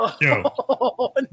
Yo